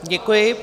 Děkuji.